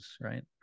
right